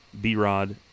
B-Rod